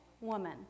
woman